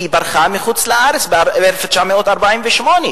ברחה לחוץ-לארץ ב-1948.